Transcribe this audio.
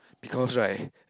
because right